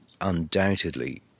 undoubtedly